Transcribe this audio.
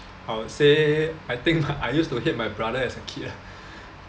I'd say I think I used to hate my brother as a kid lah